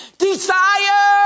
desire